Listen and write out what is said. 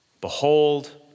Behold